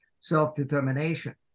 self-determination